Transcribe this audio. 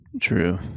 True